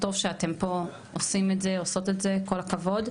טוב שאתם פה עושים את זה עושות את זה כל הכבוד.